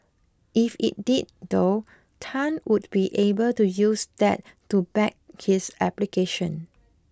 if it did though Tan would be able to use that to back his application